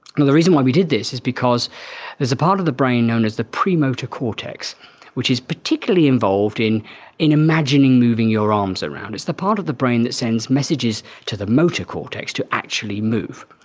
and the reason why we did this is because there's a part of the brain known as the premotor cortex which is particularly involved in in imagining moving your arms around. it's the part of the brain that sends messages to the mortar cortex to actually move.